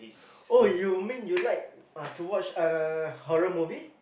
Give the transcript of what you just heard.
oh you mean you like uh to watch uh no no no horror movie